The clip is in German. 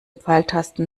pfeiltasten